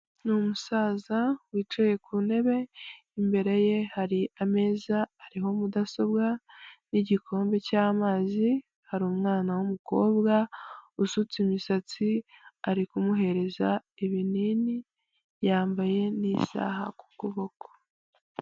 Ni umusaza wicaye ku ntebe, imbere ye hari ameza ariho mudasobwa n'igikombe cy'amazi, hari umwana w'umukobwa usutse imisatsi, ari kumuhereza ibinini, yambaye n'isaha ku kuboko.